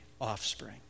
offspring